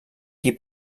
qui